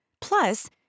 Plus